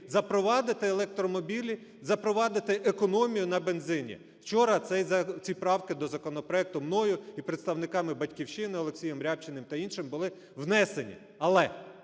запровадити електромобілі, запровадити економію на бензині? Вчора ці правки до законопроекту мною і представниками "Батьківщини", Олексієм Рябчиним та іншими, були внесені.